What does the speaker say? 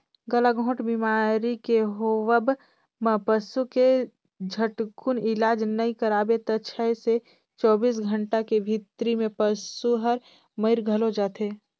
गलाघोंट बेमारी के होवब म पसू के झटकुन इलाज नई कराबे त छै से चौबीस घंटा के भीतरी में पसु हर मइर घलो जाथे